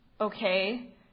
Okay